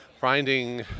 finding